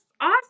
Awesome